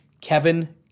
Kevin